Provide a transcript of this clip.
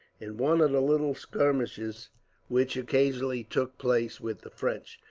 in one of the little skirmishes which occasionally took place with the french.